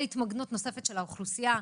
להתמגנות נוספת של האוכלוסייה,